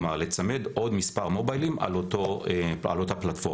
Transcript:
כלומר לצמד עוד מספר מוביילים על אותה פלטפורמה.